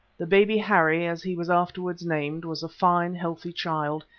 the baby harry, as he was afterwards named, was a fine healthy child,